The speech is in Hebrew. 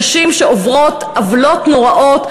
נשים שעוברות עוולות נוראות,